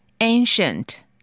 Ancient